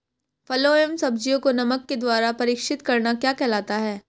फलों व सब्जियों को नमक के द्वारा परीक्षित करना क्या कहलाता है?